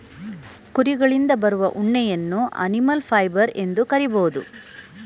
ಕುರಿಗಳಿಂದ ಬರುವ ಉಣ್ಣೆಯನ್ನು ಅನಿಮಲ್ ಫೈಬರ್ ಎಂದು ಕರಿಬೋದು